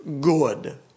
good